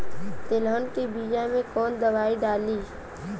तेलहन के बिया मे कवन दवाई डलाई?